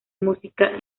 música